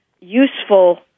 useful